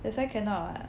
that's why cannot [what]